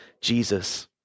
Jesus